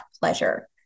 pleasure